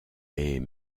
est